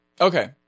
okay